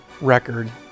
record